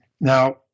Now